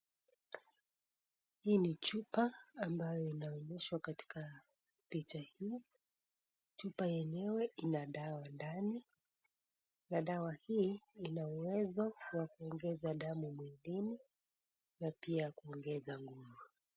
Hii ni chupa ambayo inaonyeshwa katika picha hii, chupa yenyewe ina dawa ndani, na dawa hii ina uwezo wa kuongeza damu mwilini, na pia kuongeza nguvu.